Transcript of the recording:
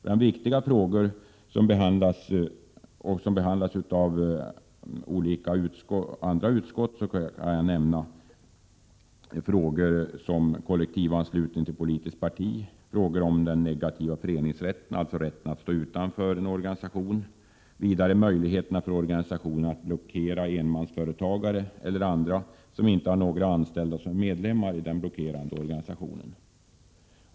Bland viktiga frågor som behandlas av andra utskott vill jag nämna kollektivanslutningen till politiskt parti, den negativa föreningsrätten, dvs. rätten att stå utanför en organisation, och möjligheterna för organisationer att blockera enmansföretagare eller andra som inte har några anställda som är medlemmar i den blockerande organisationen.